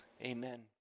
Amen